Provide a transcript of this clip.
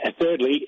thirdly